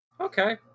Okay